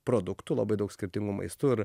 produktų labai daug skirtingų maistų ir